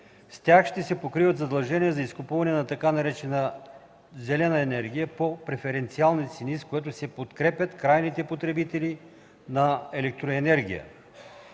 С тях ще се покриват задължения за изкупуване на тъй наречената „зелена енергия” по преференциални цени, с което се подкрепят крайните потребители на електроенергия.